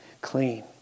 clean